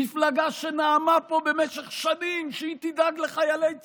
מפלגה שנאמה פה במשך שנים שהיא תדאג לחיילי צה"ל,